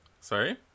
Sorry